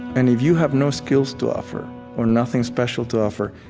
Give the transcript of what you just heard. and if you have no skills to offer or nothing special to offer,